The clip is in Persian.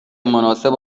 مناسب